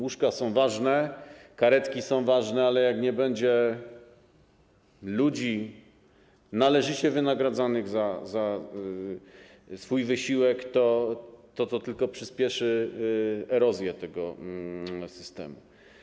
Łóżka są ważne, karetki są ważne, ale jak nie będzie ludzi należycie wynagradzanych za wysiłek, to tylko przyspieszy erozję tego systemu.